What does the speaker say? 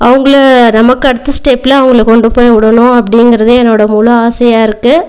அவங்களை நமக்கு அடுத்த ஸ்டெப்பில் அவங்களை கொண்டு போய் விடணும் அப்படிங்கறது என்னோடய முழு ஆசையாக இருக்குது